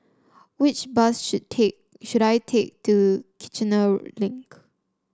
which bus should take should I take to Kiichener Link